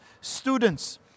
students